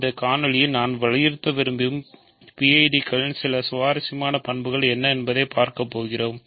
இந்த காணொளியில் நான் வலியுறுத்த விரும்பும் PID களின் சில சுவாரஸ்யமான பண்புகள் என்ன என்பதை பார்க்கப்போகிறோம்